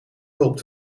hulp